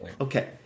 Okay